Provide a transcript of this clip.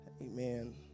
Amen